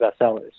bestsellers